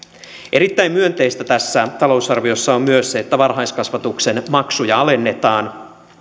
erittäin myönteistä tässä talousarviossa on myös se että varhaiskasvatuksen maksuja alennetaan